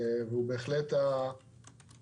והוא בהחלט עבר,